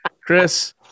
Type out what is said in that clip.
Chris